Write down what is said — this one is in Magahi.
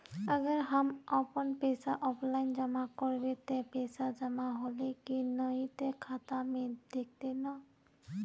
अगर हम अपन पैसा ऑफलाइन जमा करबे ते पैसा जमा होले की नय इ ते खाता में दिखते ने?